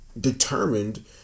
determined